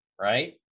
right